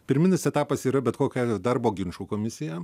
pirminis etapas yra bet kokiu atveju darbo ginčų komisija